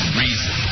reason